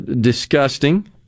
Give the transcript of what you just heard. disgusting